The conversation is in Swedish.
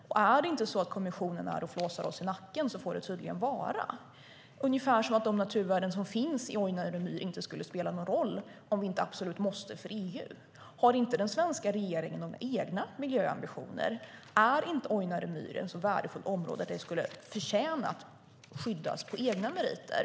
Om kommissionen inte är här och flåsar oss i nacken får det tydligen vara, ungefär som att de naturvärden som finns i Ojnare myr inte skulle spela någon roll om inte EU säger att vi absolut måste göra något. Har inte den svenska regeringen några egna miljöambitioner? Är inte Ojnare myr ett så värdefullt område att det skulle förtjäna att skyddas på egna meriter?